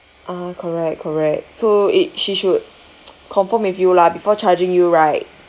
ah correct correct so it she should confirm with you lah before charging you right